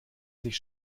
sich